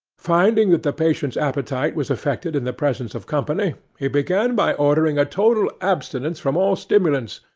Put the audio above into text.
finding that the patient's appetite was affected in the presence of company, he began by ordering a total abstinence from all stimulants,